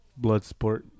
Bloodsport